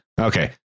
okay